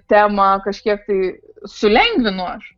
temą kažkiek tai sulengvinu aš